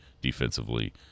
defensively